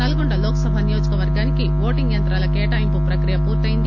నల్గొండ లోక్ సభ నియోజకవర్గానికి ఓటింగ్ యంత్రాల కేటాయింపు ప్రక్రియ పూర్తయింది